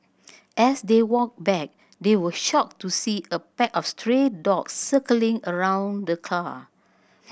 as they walked back they were shocked to see a pack of stray dogs circling around the car